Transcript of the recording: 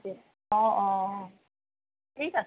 অঁ অঁ ঠিক আছে